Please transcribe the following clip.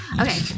Okay